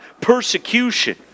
persecution